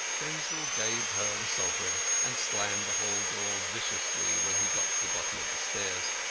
denzil gave her the sovereign, and slammed the hall-door viciously when he got to the bottom of the stairs.